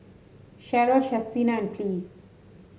Cheryl Chestina and Ples